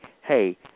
hey